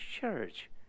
church